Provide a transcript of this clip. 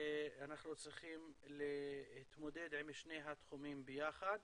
אנחנו צריכים להתמודד עם שני התחומים ביחד.